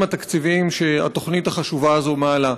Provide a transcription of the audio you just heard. התקציביים שהתוכנית החשובה הזאת מעלה.